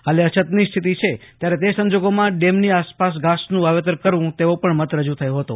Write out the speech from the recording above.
હાલે અછતની સ્થિતિ છે ત્યારે તે સંજોગોમાં ડેમની આસપાસ ઘાસનું વાવેતર કરવું તેવો પણ મત રજૂ થયો હતો